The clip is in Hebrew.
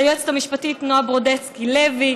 ליועצת המשפטית נועה ברודצקי-לוי,